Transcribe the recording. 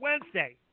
Wednesday